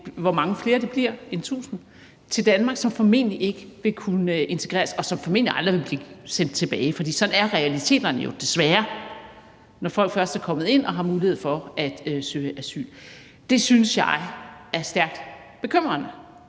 hvor mange flere end 1.000 det bliver, til Danmark, men som formentlig ikke vil kunne integreres, og som formentlig aldrig vil blive sendt tilbage, for sådan er realiteterne jo desværre, når folk først er kommet ind og har mulighed for at søge asyl. Det synes jeg er stærkt bekymrende.